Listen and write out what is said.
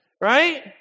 Right